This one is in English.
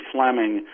Fleming